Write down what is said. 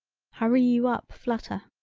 hurry you up flutter.